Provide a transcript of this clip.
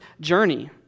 journey